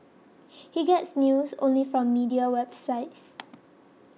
he gets news only from media websites